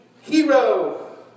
hero